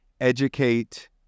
educate